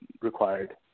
required